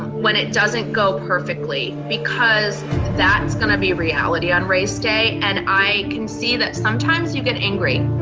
when it doesn't go perfectly, because that's gonna be reality on race day and i can see that sometimes you get angry.